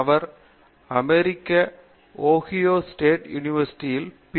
அவர் அமரிக்க ஓஹாயோ மாகாண பல்கலைக்கழகத்தில் இருந்து பி